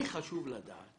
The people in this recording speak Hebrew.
לי חשוב לדעת